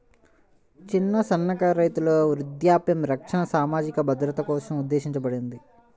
చిన్న, సన్నకారు రైతుల వృద్ధాప్య రక్షణ సామాజిక భద్రత కోసం ఉద్దేశించబడింది